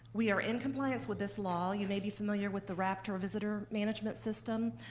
we are in compliance with this law. you may be familiar with the raptor visitor management system.